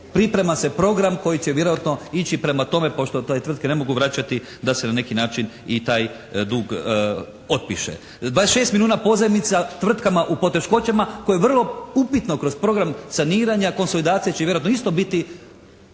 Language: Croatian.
Priprema se program koji će vjerojatno ići prema tome pošto te tvrtke ne mogu vraćati da se na neki način taj dug otpiše. 26 milijuna pozajmica tvrtkama u poteškoćama koje vrlo upitno kroz program saniranja, konsolidacije će vjerojatno isto biti